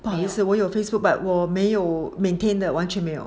不好意思我有 Facebook but 我没有 maintain 的完全没有